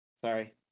Sorry